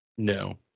No